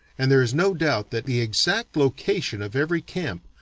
and there is no doubt that the exact location of every camp,